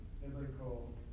biblical